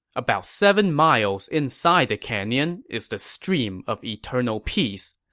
about seven miles inside the canyon is the stream of eternal peace.